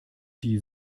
die